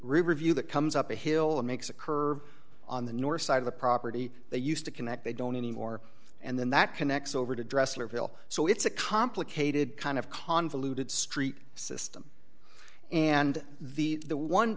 river view that comes up a hill and makes a curve on the north side of the property they used to connect they don't anymore and then that connects over to dressler hill so it's a complicated kind of convoluted street system and the